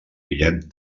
guillem